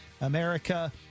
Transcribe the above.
America